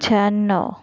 शहाण्णव